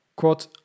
Quote